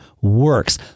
works